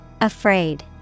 Afraid